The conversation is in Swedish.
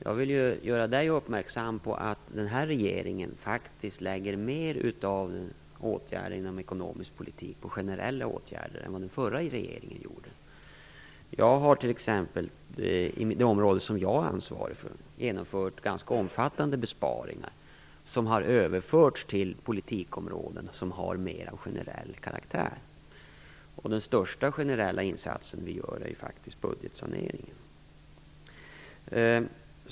Jag vill göra Gustaf von Essen uppmärksam på att denna regering lägger mer av generella åtgärder inom den ekonomiska politiken än vad den förra regeringen gjorde. Jag har t.ex. på det område som jag har ansvar för genomfört ganska omfattande besparingar som har överförts till andra politikområden. Jag tänker på sådant som är av mer generell karaktär. Den största generella insatsen är ju budgetsaneringen.